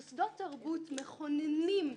מוסדות תרבות מכוננים,